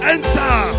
Enter